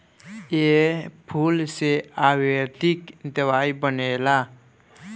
ए फूल से आयुर्वेदिक दवाई बनेला